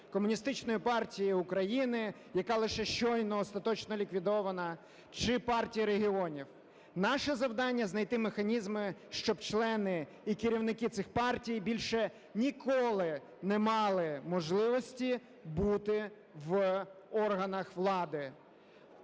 Комуністичної партії України, яка лише щойно остаточно ліквідована, чи Партії регіонів. Наше завдання – знайти механізми, щоб члени і керівники цих партій більше ніколи не мали можливості бути в органах влади.